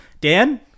Dan